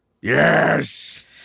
Yes